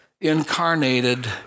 incarnated